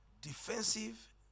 Defensive